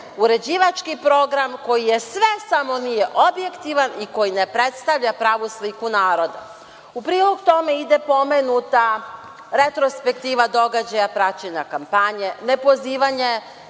uređivački program koji je sve samo nije objektivan i koji ne predstavlja pravu sliku naroda.U prilog tome ide pomenuta retrospektiva događaja praćenja kampanje, nepozivanje